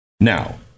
Now